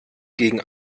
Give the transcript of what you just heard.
gegen